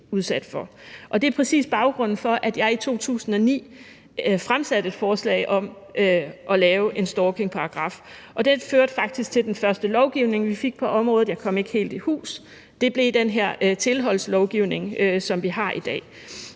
Det er præcis baggrunden for, at jeg i 2009 fremsatte et forslag om at lave en stalkingparagaf, og det førte faktisk til den første lovgivning, vi fik på området. Jeg kom ikke helt i hus – det blev den her tilholdslovgivning, som vi har i dag,